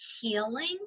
healing